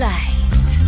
light